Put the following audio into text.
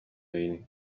abiri